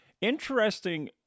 interesting